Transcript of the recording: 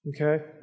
Okay